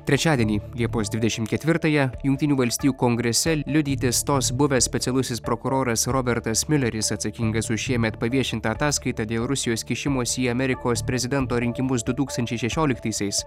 trečiadienį liepos dvidešim ketvirtąją jungtinių valstijų kongrese liudyti stos buvęs specialusis prokuroras robertas miuleris atsakingas už šiemet paviešintą ataskaitą dėl rusijos kišimosi į amerikos prezidento rinkimus du tūkstančiai šešioliktaisiais